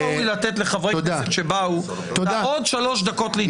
היה ראוי לתת לחברי כנסת שבאו עוד שלוש דקות להתייחס.